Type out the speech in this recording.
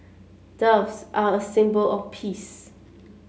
doves are a symbol of peace